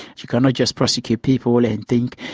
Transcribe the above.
you cannot just prosecute people and think,